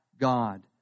God